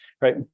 Right